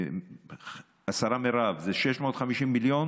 השרה מירב, זה 650 מיליון